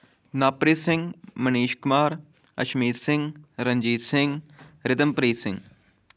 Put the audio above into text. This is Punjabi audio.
ਨਵਪ੍ਰੀਤ ਸਿੰਘ ਮਨੀਸ਼ ਕੁਮਾਰ ਅਸ਼ਮੀਤ ਸਿੰਘ ਰਣਜੀਤ ਸਿੰਘ ਰਿਦਮਪ੍ਰੀਤ ਸਿੰਘ